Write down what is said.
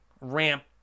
ramp